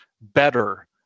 better